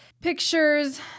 pictures